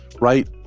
right